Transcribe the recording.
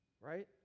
right